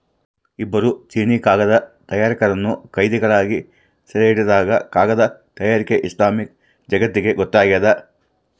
ಇಬ್ಬರು ಚೀನೀಕಾಗದ ತಯಾರಕರನ್ನು ಕೈದಿಗಳಾಗಿ ಸೆರೆಹಿಡಿದಾಗ ಕಾಗದ ತಯಾರಿಕೆ ಇಸ್ಲಾಮಿಕ್ ಜಗತ್ತಿಗೊತ್ತಾಗ್ಯದ